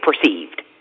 perceived